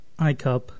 iCup